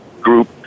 group